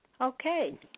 Okay